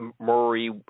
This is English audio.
Murray